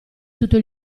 tutto